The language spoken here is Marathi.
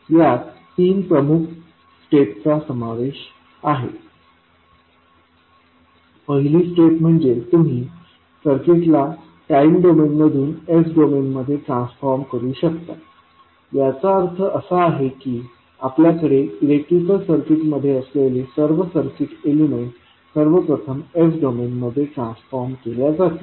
यात तीन प्रमुख स्टेप्स चा समावेश आहे पहिली स्टेप म्हणजे तुम्ही सर्किटला टाईम डोमेन मधून s डोमेनमध्ये ट्रान्सफॉर्म करू शकता याचा अर्थ असा आहे की आपल्याकडे इलेक्ट्रिकल सर्किटमध्ये असलेले सर्व सर्किट एलिमेंट सर्वप्रथम s डोमेनमध्ये ट्रान्सफॉर्म केल्या जातील